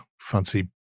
fancy